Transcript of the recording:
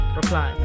reply